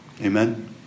Amen